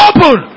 Open